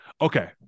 Okay